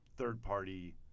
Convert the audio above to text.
third-party